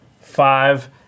five